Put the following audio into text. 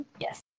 yes